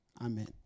Amen